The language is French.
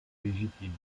légitime